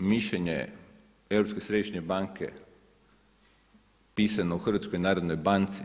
To da je mišljenje Europske središnje banke pisano u HNB-u